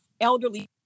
elderly